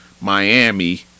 Miami